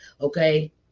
okay